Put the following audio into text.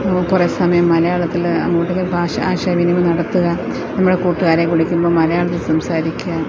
കുറേ സമയം മലയാളത്തില് അങ്ങോട്ട് ഭാഷ ആശയവിനിമയം നടത്തുക നമ്മള് കൂട്ടുകാരെ വിളിക്കുമ്പം മലയാളത്തില് സംസാരിക്കുക